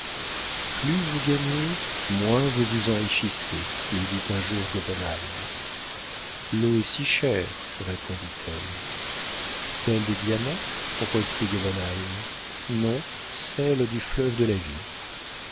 plus vous gagnez moins vous vous enrichissez lui dit un jour gobenheim l'eau est si chère répondit-elle celle des diamants reprit gobenheim non celle du fleuve de la vie